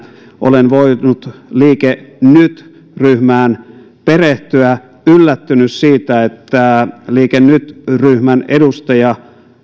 olen voinut liike nyt ryhmään perehtyä yllättynyt siitä että liike nyt ryhmän edustaja